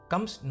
Comes